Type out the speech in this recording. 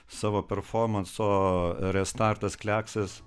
savo performanso restartas kleksas